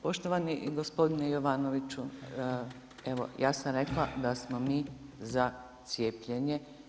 Poštovani gospodine Jovanoviću, evo ja sam rekla da smo mi za cijepljenje.